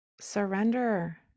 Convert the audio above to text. surrender